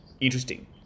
interesting